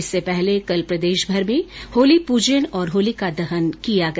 इससे पहले कल प्रदेशभर में होली पूजन और होलिका दहन किया गया